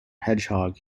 hedgehog